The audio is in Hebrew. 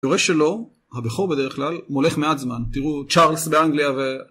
היורש שלו, הבכור בדרך כלל, מולך מעט זמן. תראו, צ'ארלס באנגליה ו...